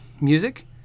music